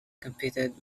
competed